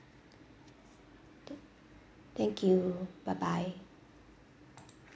okay thank you bye bye